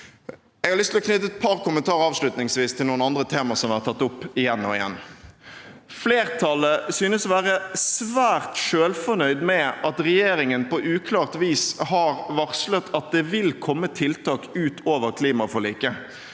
til å knytte et par kommentarer avslutningsvis til noen andre temaer som har vært tatt opp igjen og igjen. Flertallet synes å være svært selvfornøyd med at regjeringen på uklart vis har varslet at det vil komme tiltak utover klimaforliket,